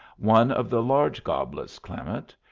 one of the large goblets, clement.